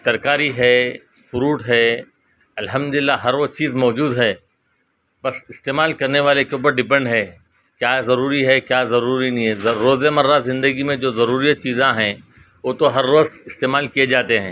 ترکاری ہے فروٹ ہے الحمدُ لِلّہ ہر وہ چیز موجود ہے بس استعمال کرنے والے کے اوپر ڈیپینڈ ہے کیا ضروری ہے کیا ضروری نہیں ہے روز مرہ زندگی میں جو ضروری چیزیں ہیں وہ تو ہر روز استعمال کیے جاتے ہیں